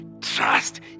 trust